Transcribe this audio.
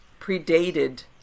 predated